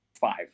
five